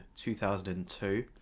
2002